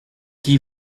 qui